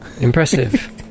Impressive